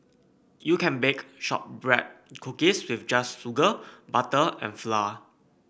you can bake shortbread cookies just with sugar butter and flour